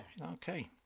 Okay